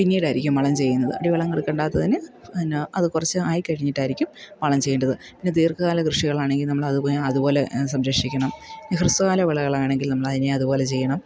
പിന്നീടായിരിക്കും വളം ചെയ്യുന്നത് അടി വളം കൊടുക്കേണ്ടാത്തതിന് പിന്നെ അത് കുറച്ച് ആയി കഴിഞ്ഞിട്ടായിരിക്കും വളം ചെയ്യേണ്ടത് പിന്നെ ദീർഘകാല കൃഷികളാണെങ്കിൽ നമ്മളത് അതുപോ അതുപോലെ സംരക്ഷിക്കണം പിന്നെ ഹ്രസ്വകാല വിളകളാണെങ്കിൽ നമ്മളതിനെ അതുപോലെ ചെയ്യണം